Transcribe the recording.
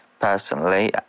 personally